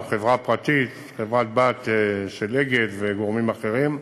זו חברה פרטית, חברה-בת של "אגד" וגורמים אחרים.